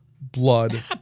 blood